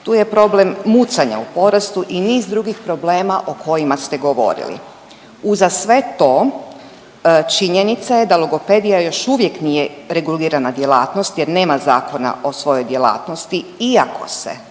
Tu je problem mucanja u porastu i niz drugih problema o kojima ste govorili. Uza sve to činjenica je da logopedija još uvijek nije regulirana djelatnost jer nema zakona o svojoj djelatnosti, iako se